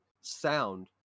sound